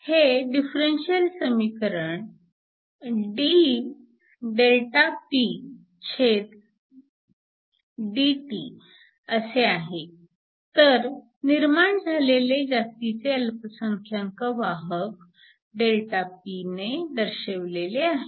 हे डिफरंशिअल समीकरण dΔPdt असे आहे तर निर्माण झालेले जास्तीचे अल्पसंख्यांक वाहक ΔP ने दर्शविलेले आहेत